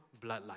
bloodline